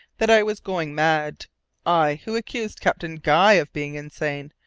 that i was going mad i who accused captain guy of being insane!